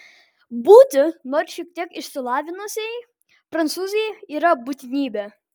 būti nors šiek tiek išsilavinusiai prancūzei yra būtinybė